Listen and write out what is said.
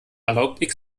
erlaubt